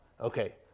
Okay